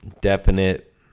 definite